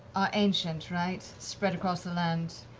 ancient, right? spread across the land.